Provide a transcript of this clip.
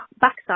backside